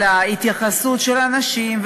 על ההתייחסות אל האנשים,